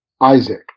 Isaac